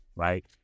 Right